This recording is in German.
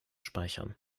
speichern